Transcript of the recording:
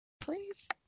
please